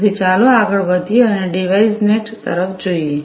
તેથી ચાલો હવે આગળ વધીએ અને ડિવાઇસનેટ તરફ જોઈએ